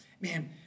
man